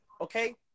okay